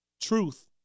Truth